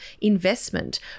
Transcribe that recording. investment